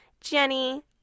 Jenny